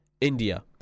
India